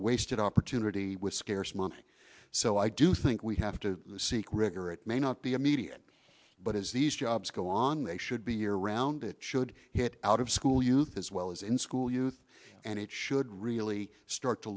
wasted opportunity with scarce money so i do think we have to seek rigor it may not be immediate but as these jobs go on they should be year round it should hit out of school youth as well as in school youth and it should really start to